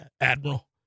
Admiral